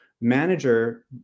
manager